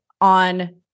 on